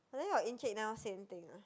and then your encik never say anything ah